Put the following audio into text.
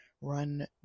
run